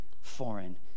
foreign